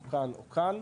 או כאן או כאן,